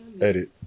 Edit